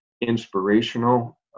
inspirational